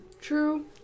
True